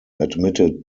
admitted